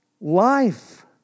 life